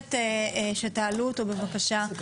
מבקשת שתעלו אותו בבקשה.